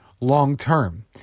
long-term